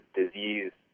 disease